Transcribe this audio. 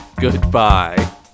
Goodbye